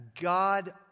God